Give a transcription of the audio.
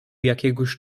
jakiegoś